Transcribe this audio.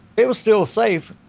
it was still safe,